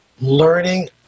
learning